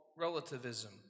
relativism